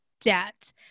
debt